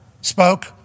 spoke